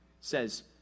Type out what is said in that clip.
says